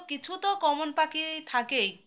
কিছু তো কমন পাখি থাকেই